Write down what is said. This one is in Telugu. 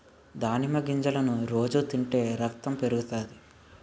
దానిమ్మ గింజలను రోజు తింటే రకతం పెరుగుతాది